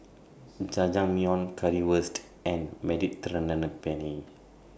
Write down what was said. Jajangmyeon Currywurst and Mediterranean Penne